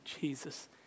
Jesus